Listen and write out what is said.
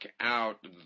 out